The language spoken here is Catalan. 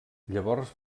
llavors